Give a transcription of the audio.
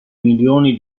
milioni